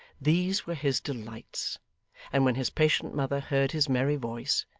these were his delights and when his patient mother heard his merry voice,